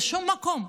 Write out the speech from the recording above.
לשום מקום.